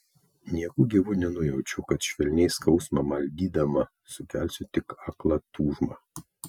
nieku gyvu nenujaučiau kad švelniai skausmą maldydama sukelsiu tik aklą tūžmą